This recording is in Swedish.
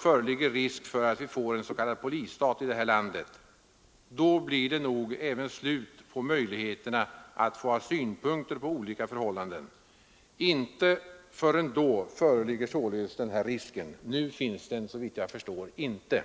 föreligger risk för att vi får en s.k. polisstat i det här landet. Då blir det nog även slut på möjligheterna att få ha synpunkter på olika förhållanden. Inte förrän då föreligger således den här risken. Nu finns den inte.